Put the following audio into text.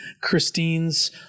Christine's